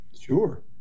Sure